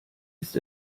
ist